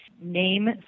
name